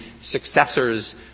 successors